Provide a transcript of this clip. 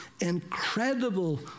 incredible